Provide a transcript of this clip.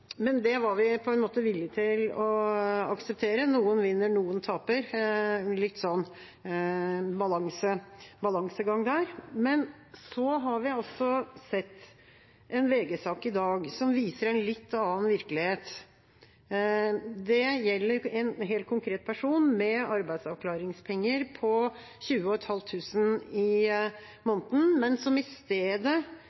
Det var vi på en måte villige til å akseptere – noen vinner, noen taper, en balansegang der. Men så har vi sett en VG-sak i dag som viser en litt annen virkelighet. Det gjelder en helt konkret person med arbeidsavklaringspenger på 20 500 kr i måneden, men som i